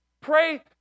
pray